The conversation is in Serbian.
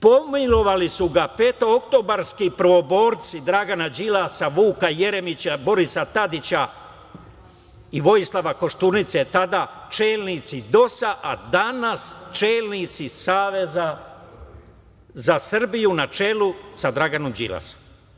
Pomilovali su ga petooktobarski prvoborci Dragana Đilasa, Vuka Jeremića, Borisa Tadića i Vojislava Koštunice, tada čelnici DOS-a, a danas čelnici Saveza za Srbiju na čelu sa Draganom Đilasom.